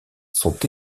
sont